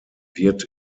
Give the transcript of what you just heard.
wird